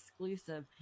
exclusive